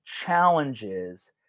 challenges